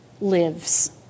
lives